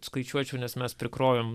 skaičiuočiau nes mes prikrovėm